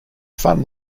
fun